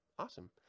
Awesome